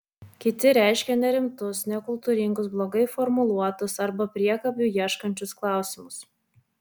kiti reiškė nerimtus nekultūringus blogai formuluotus arba priekabių ieškančius klausimus